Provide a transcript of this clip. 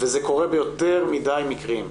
זה קורה ביותר מדי מקרים.